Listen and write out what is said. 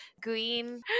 green